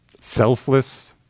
selfless